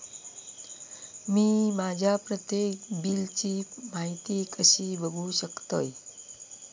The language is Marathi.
मी माझ्या प्रत्येक बिलची माहिती कशी बघू शकतय?